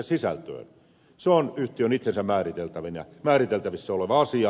se on yhtiön itsensä määriteltävissä oleva asia